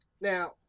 now